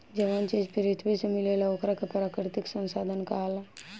जवन चीज पृथ्वी से मिलेला ओकरा के प्राकृतिक संसाधन कहाला